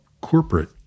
corporate